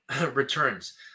returns